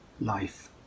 life